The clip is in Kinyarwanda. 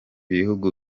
bihugu